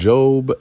Job